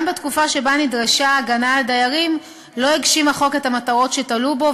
גם בתקופה שבה נדרשה ההגנה על הדיירים לא הגשים החוק את המטרות שתלו בו,